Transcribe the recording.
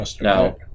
Now